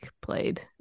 played